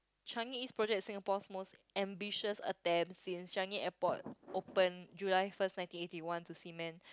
Changi-East project is Singapore's most ambitious attempt since Changi-Airport opened July first nineteen eighty one to cement